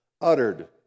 uttered